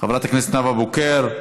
חברת הכנסת נאוה בוקר,